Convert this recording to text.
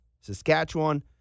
Saskatchewan